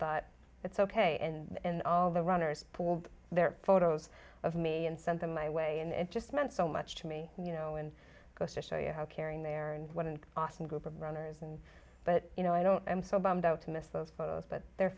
thought it's ok and all the runners pooled their photos of me and sent them my way and it just meant so much to me you know and goes to show you how caring they are and what an awesome group of runners and but you know i don't i'm so bummed out to miss those photos but their